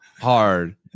hard